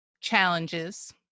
challenges